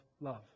love